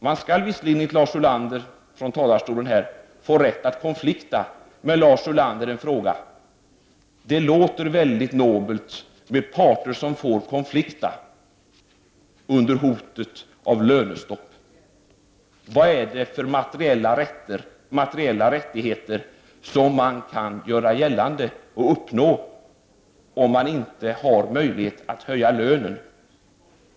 Man kan visserligen enligt vad Lars Ulander sade från kammarens talarstol få rätt att konflikta, men låt mig då fråga Lars Ulander: Det låter nobelt med parter som får konflikta under hotet av lönestopp, men vad är det för materiella rättigheter som man kan göra gällande och uppnå om man inte har möjlighet att höja lönen?